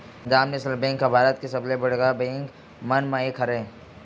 Punjab national bank ह भारत के सबले बड़का बेंक मन म एक हरय